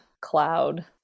cloud